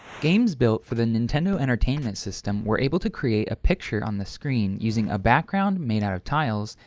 games built for the nintendo entertainment system were able to create a picture on the screen using a background made out of tiles,